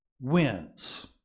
wins